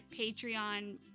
patreon